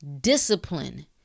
Discipline